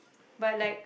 but like